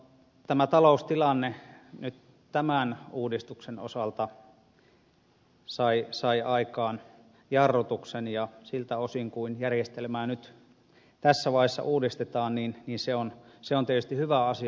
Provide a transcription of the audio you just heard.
tämä taloustilanne nyt tämän uudistuksen osalta sai aikaan jarrutuksen ja siltä osin kuin järjestelmää nyt tässä vaiheessa uudistetaan se on tietysti hyvä asia